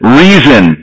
reason